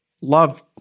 love